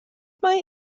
mae